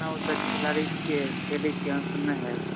अपना ओतऽके खेलाड़ी छी खेलै छी सुनने होयब